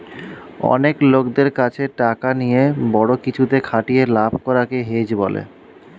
অনেক লোকদের কাছে টাকা নিয়ে বড়ো কিছুতে খাটিয়ে লাভ করা কে হেজ বলে